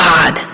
God